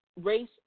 race